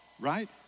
right